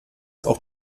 auch